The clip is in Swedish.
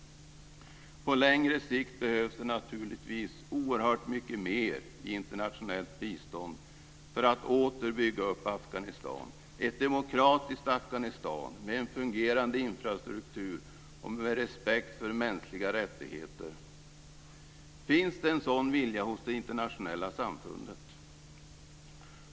På längre sikt behövs det naturligtvis oerhört mycket mer i internationellt bistånd för att åter bygga upp ett demokratiskt Afghanistan med en fungerande infrastruktur och respekt för mänskliga rättigheter. Finns det en sådan vilja hos det internationella samfundet?